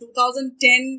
2010